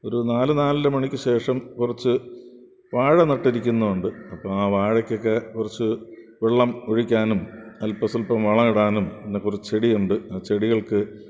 ഒരു നാല് നാലര മണിക്ക് ശേഷം കുറച്ച് വാഴ നട്ടിരിക്കുന്നത് ഉണ്ട് അപ്പോൾ ആ വാഴയ്കൊക്കെ കുറച്ച് വെള്ളം ഒഴിക്കാനും അല്പം സ്വല്പം വളം ഇടാനും പിന്നെ കുറച്ച് ചെടിയുണ്ട് ആ ചെടികൾക്ക്